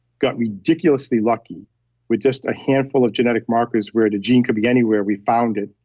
got ridiculously lucky with just a handful of genetic markers where the gene could be anywhere, we found it.